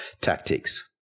tactics